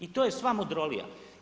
I to je sva mudrolija.